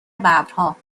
ببرها